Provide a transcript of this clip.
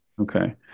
Okay